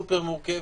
סופר מורכבת,